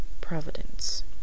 providence